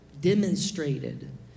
demonstrated